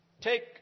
Take